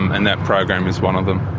and that program is one of them.